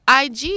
IG